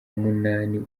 munani